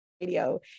radio